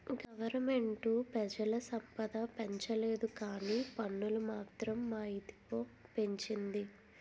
government పెజల సంపద పెంచలేదుకానీ పన్నులు మాత్రం మా ఇదిగా పెంచింది